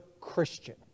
Christian